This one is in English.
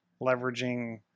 leveraging